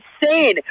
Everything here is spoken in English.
insane